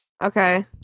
Okay